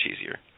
easier